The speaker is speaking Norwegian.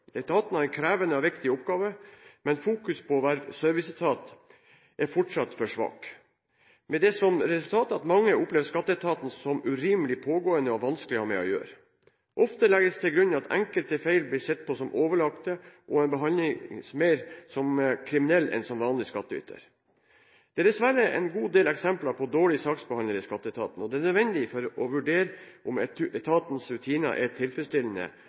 Etaten har en krevende og viktig oppgave, men fokuseringen på å være en serviceetat er fortsatt for svak, men det resultat at mange opplever skatteetaten som urimelig, pågående og vanskelig å ha med å gjøre. Ofte legges det til grunn at enkelte feil blir sett på som overlagte, og folk behandles mer som kriminelle enn som vanlige skattytere. Det er dessverre en god del eksempler på dårlige saksbehandlere i skatteetaten. Det er nødvendig å vurdere om etatens rutiner er tilfredsstillende,